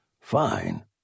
Fine